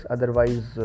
Otherwise